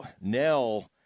Nell